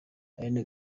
aline